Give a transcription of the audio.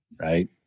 Right